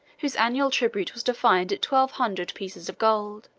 whose annual tribute was defined at twelve hundred pieces of gold.